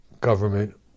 government